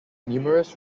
numerous